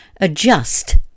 Adjust